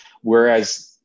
Whereas